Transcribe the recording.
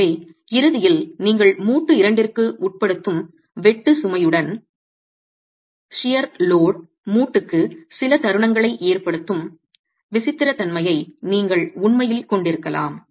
எனவே இறுதியில் நீங்கள் மூட்டு இரண்டிற்கு உட்படுத்தும் வெட்டு சுமையுடன் சியர் ஃபோர்ஸ் மூட்டுக்கு சில தருணங்களை ஏற்படுத்தும் விசித்திரத்தன்மையை நீங்கள் உண்மையில் கொண்டிருக்கலாம்